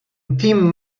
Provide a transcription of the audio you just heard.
team